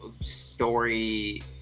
story